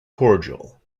cordial